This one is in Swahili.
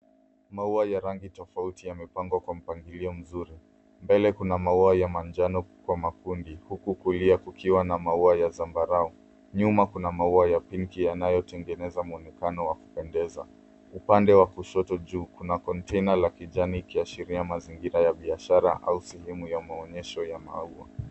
Maua ya rangi rofauti yamepangwa kwa mpangilio mzuri. Mbele kuna maua ya manjano kwa makundi, huku kulia kukiwa na maua ya zambarau. Nyuma kuna maua ya pinki yanayotengeneza mwonekano wa kupendeza. Upande wa kushoto juu, kuna kontena la kijani ikiashiria mazingira ya biashara au sehemu ya maonyesho ya maua.